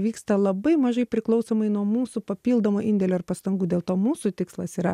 vyksta labai mažai priklausomai nuo mūsų papildomo indėlio ir pastangų dėl to mūsų tikslas yra